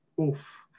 Oof